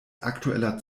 aktueller